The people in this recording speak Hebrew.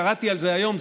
קראתי על זה היום,